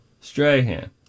Strahan